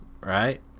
right